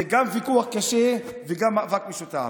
זה גם ויכוח קשה וגם מאבק משותף.